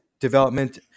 Development